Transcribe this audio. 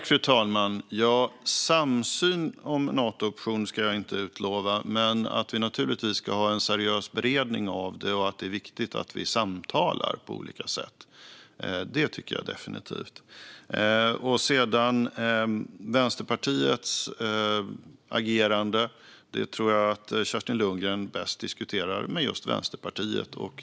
Fru talman! Samsyn om Nato-option ska jag inte utlova. Däremot ska vi naturligtvis ha en seriös beredning, och det är viktigt att vi samtalar på olika sätt. Det tycker jag definitivt. Vänsterpartiets agerande tror jag att Kerstin Lundgren bäst diskuterar med just Vänsterpartiet.